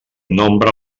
nombre